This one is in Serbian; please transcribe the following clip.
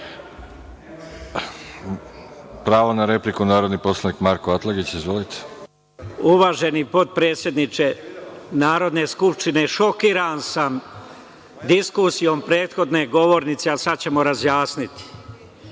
Pravo na repliku, narodni poslanik Marko Atlagić. Izvolite. **Marko Atlagić** Uvaženi potpredsedniče Narodne skupštine, šokiran sam diskusijom prethodne govornice, ali sada ćemo razjasniti.U